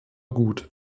gut